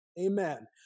Amen